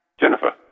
Jennifer